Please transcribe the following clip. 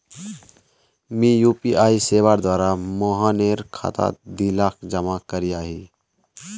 मी यु.पी.आई सेवार द्वारा मोहनेर खातात दी लाख जमा करयाही